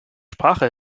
sprache